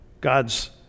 God's